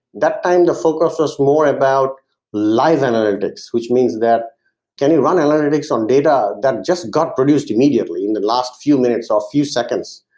that time the focus was more about live analytics. which means that can you run analytics on data that just got produced immediately in the last few minutes or few seconds.